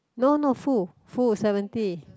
no no full full is seventy